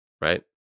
Right